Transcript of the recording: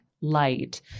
light